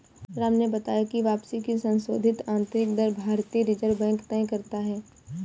राम ने बताया की वापसी की संशोधित आंतरिक दर भारतीय रिजर्व बैंक तय करता है